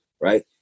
right